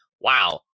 Wow